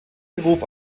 beruf